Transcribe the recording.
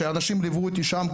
שאנשים ליוו אותי שם,